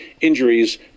injuries